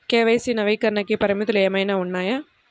KYC నవీకరణకి పరిమితులు ఏమన్నా ఉన్నాయా?